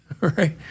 Right